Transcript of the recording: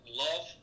love